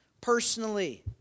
personally